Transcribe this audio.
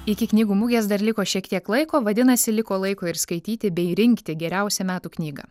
iki knygų mugės dar liko šiek tiek laiko vadinasi liko laiko ir skaityti bei rinkti geriausią metų knygą